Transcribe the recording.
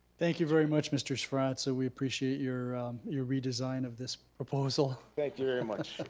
thank you very much mr. spirazzo, we appreciate your your redesign of this proposal. thank you very much.